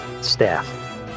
staff